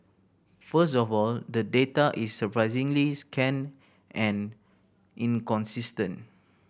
first of all the data is surprisingly scant and inconsistent